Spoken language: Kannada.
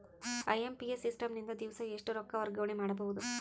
ಐ.ಎಂ.ಪಿ.ಎಸ್ ಸಿಸ್ಟಮ್ ನಿಂದ ದಿವಸಾ ಎಷ್ಟ ರೊಕ್ಕ ವರ್ಗಾವಣೆ ಮಾಡಬಹುದು?